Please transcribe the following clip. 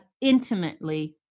intimately